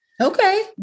Okay